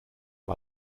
war